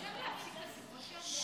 אפשר להפסיק את השיחות שם?